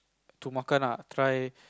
to makan ah try